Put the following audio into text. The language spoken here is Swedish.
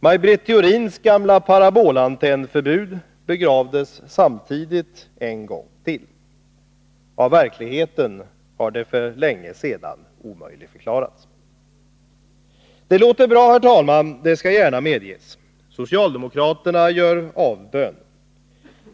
Maj Britt Theorins gamla parabolantennförbud begravdes samtidigt en gång till — av verkligheten har det för länge sedan omöjligförklarats. Detta låter bra, herr talman — det skall gärna medges. Socialdemokraterna gör avbön.